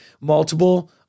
multiple